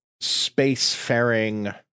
space-faring